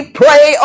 pray